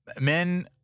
men